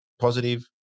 positive